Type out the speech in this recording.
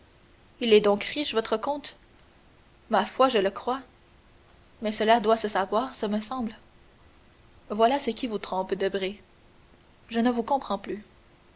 il est donc riche votre comte ma foi je le crois mais cela doit se voir ce me semble voilà ce qui vous trompe debray je ne vous comprends plus